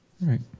Right